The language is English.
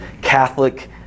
Catholic